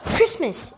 Christmas